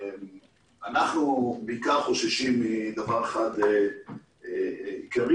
אנחנו בעיקר חוששים מדבר אחד עיקרי,